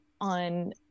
On